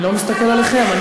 אני לא מסתכל עליכם,